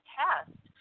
test